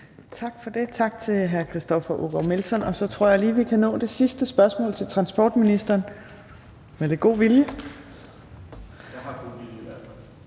Tak for det. Tak til hr. Christoffer Aagaard Melson. Så tror jeg lige, at vi kan nå det sidste spørgsmål til transportministeren, med lidt god vilje. Kl. 14:57 Spm. nr.